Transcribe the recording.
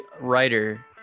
writer